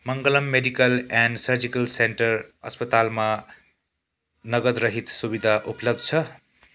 Mangalam medical and surgical centre अस्पतालमा नगदरहित सुविधा उपलब्ध छ